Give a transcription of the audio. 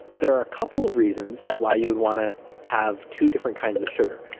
there are a couple of reasons why you would want to have two different kinds of sugar.